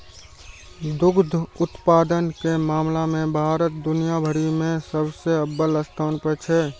दुग्ध उत्पादन के मामला मे भारत दुनिया भरि मे सबसं अव्वल स्थान पर छै